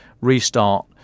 restart